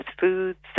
foods